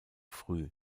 früh